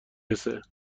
رسه